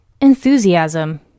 Enthusiasm